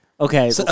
okay